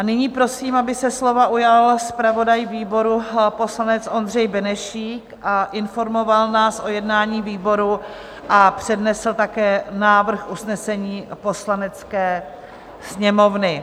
Nyní prosím, aby se slova ujal zpravodaj výboru, poslanec Ondřej Benešík, informoval nás o jednání výboru a přednesl také návrh usnesení Poslanecké sněmovny.